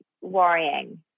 worrying